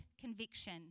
conviction